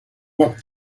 poc